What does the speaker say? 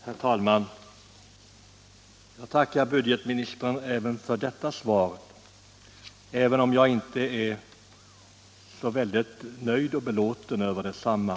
Herr talman! Jag tackar budgetministern även för detta svar, även om jag inte är så väldigt nöjd och belåten med detsamma.